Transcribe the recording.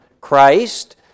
Christ